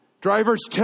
Drivers